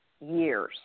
years